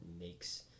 makes